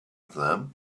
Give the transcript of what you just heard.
them